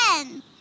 again